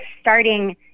starting